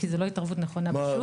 כי זה לא התערבות נכונה בשוק.